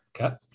Okay